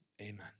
Amen